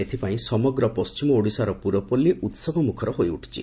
ଏଥିପାଇଁ ସମଗ୍ର ପଣ୍କିମ ଓଡ଼ିଶାର ପୁରପଲ୍ଲୀ ଉହବମୁଖର ହୋଇଉଠିଛି